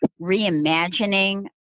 reimagining